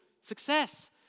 success